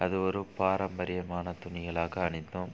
அது ஒரு பாரம்பரியமான துணிகளாக அணிந்தோம்